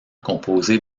composés